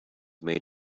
made